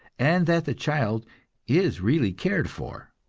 and that the child is really cared for.